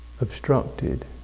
obstructed